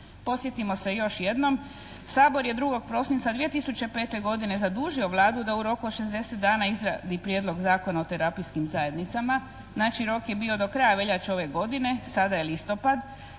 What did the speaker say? Podsjetimo se još jednom Sabor je 2. prosinca 2005. godine zadužio Vladu da u roku od 60 dana izradi Prijedlog Zakona o terapijskim zajednicama, znači rok je bio do kraja veljače ove godine, sada je listopad,